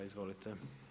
Izvolite.